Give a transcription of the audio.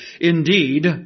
indeed